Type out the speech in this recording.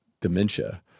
dementia